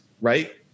right